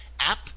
app